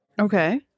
Okay